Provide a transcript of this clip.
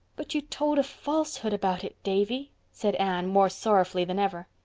but you told a falsehood about it, davy, said anne, more sorrowfully than ever.